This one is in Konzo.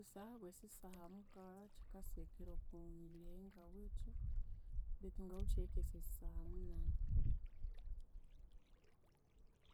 Sihabwe sisaha mukagha kyikasihikirira oko mibiri eyangawithe betu ngawithe erikesya saha munani